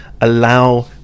allow